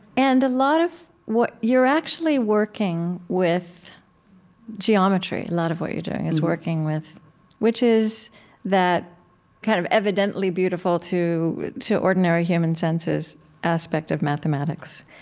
and a lot of what you're actually working with geometry. a lot of what you're doing is working with which is that kind of evidently beautiful to to ordinary human senses aspect of mathematics,